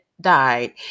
died